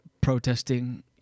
protesting